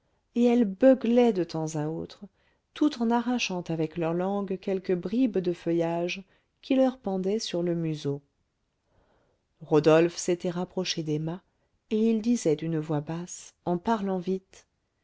et elles beuglaient de temps à autre tout en arrachant avec leur langue quelque bribe de feuillage qui leur pendait sur le museau rodolphe s'était rapproché d'emma et il disait d'une voix basse en parlant vite